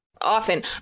Often